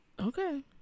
okay